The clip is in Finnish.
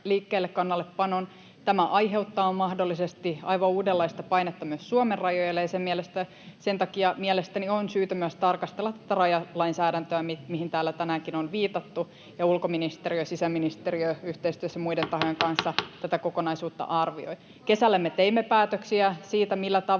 liikekannallepanon. Tämä aiheuttaa mahdollisesti aivan uudenlaista painetta myös Suomen rajoille, ja sen takia mielestäni on syytä tarkastella tätä rajalainsäädäntöä, mihin täällä tänäänkin on viitattu. Ulkoministeriö ja sisäministeriö yhteistyössä muiden tahojen kanssa tätä kokonaisuutta arvioivat. Kesällä me teimme päätöksiä siitä, millä tavalla